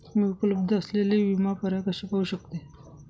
मी उपलब्ध असलेले विमा पर्याय कसे पाहू शकते?